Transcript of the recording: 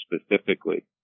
specifically